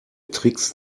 tricks